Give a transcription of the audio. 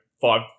five